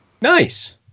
Nice